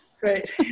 Great